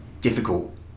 difficult